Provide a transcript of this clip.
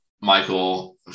michael